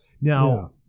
Now